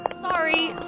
Sorry